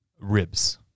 ribs